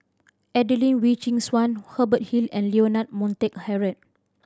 Adelene Wee Chin Suan Hubert Hill and Leonard Montague Harrod